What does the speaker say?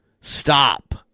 Stop